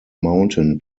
mountain